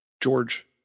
george